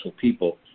people